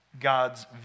God's